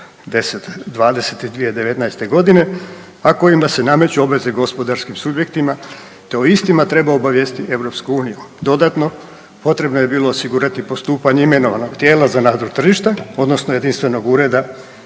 1020 iz 2019.godine, a kojima se nameću obveze gospodarskim subjektima te o istima treba obavijestiti Europsku Uniju, dodatno potrebno je bilo osigurati postupanje imenovanog tijela za nadzor tržišta odnosno jedinstvenog uredu